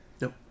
Nope